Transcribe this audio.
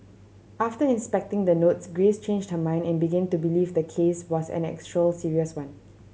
after inspecting the notes Grace changed her mind and begin to believe the case was an actual serious one